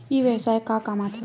ई व्यवसाय का काम आथे?